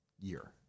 year